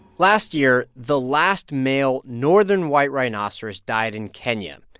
last year, the last male northern white rhinoceros died in kenya,